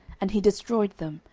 and he destroyed them,